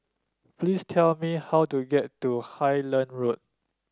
please tell me how to get to Highland Road